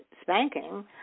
spanking